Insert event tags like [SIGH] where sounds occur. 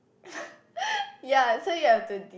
[LAUGHS] ya so you have to de~